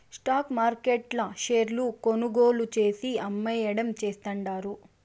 stock మార్కెట్ల షేర్లు కొనుగోలు చేసి, అమ్మేయడం చేస్తండారు